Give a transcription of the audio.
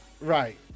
Right